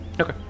Okay